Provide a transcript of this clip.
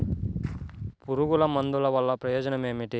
పురుగుల మందుల వల్ల ప్రయోజనం ఏమిటీ?